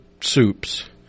soups